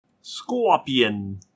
Scorpion